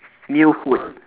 new food